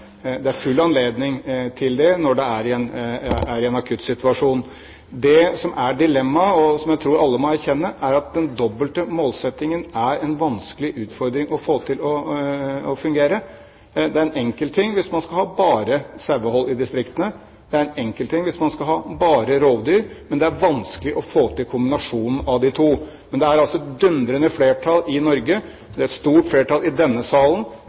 Det er full anledning til det når det er i en akutt situasjon. Det som er dilemmaet, og som jeg tror alle må erkjenne, er at den dobbelte målsettingen er en vanskelig utfordring som det er vanskelig å få til å fungere. Det er en enkel ting hvis man bare skal ha sauehold i distriktene. Det er en enkel ting hvis man bare skal ha rovdyr, men det er vanskelig å få til kombinasjonen av de to. Men det er altså et dundrende flertall i Norge, det er et stort flertall i denne salen